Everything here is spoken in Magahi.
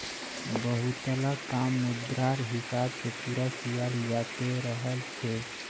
बहुतला काम मुद्रार हिसाब से पूरा कियाल जाते रहल छे